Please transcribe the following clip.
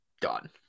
done